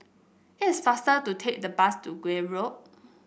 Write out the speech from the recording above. it is faster to take the bus to Gul Road